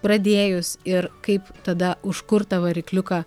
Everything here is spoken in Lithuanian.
pradėjus ir kaip tada užkurtą varikliuką